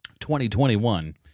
2021